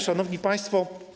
Szanowni Państwo!